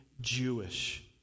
Jewish